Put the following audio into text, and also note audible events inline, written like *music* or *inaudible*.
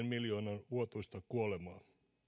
*unintelligible* miljoonaa vuotuista kuolemaa